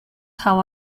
how